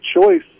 choice